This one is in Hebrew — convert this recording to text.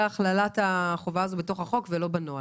ההכללה החובה הזאת בתוך החוק ולא בנוהל.